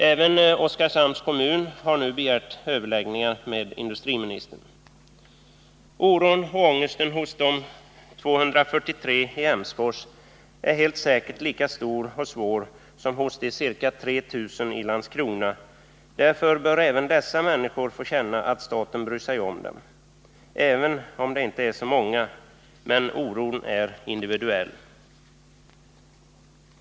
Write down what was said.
Även Oskarshamns kommun har nu begärt överläggningar med industriministern. Oron och ångesten hos de 243 i Emsfors är helt säkert lika stor och svår som hos de ca 3 000 i Landskrona. Därför bör även dessa människor få känna att staten bryr sig om dem, även om de inte är så många. Oron är individuell.